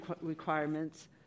requirements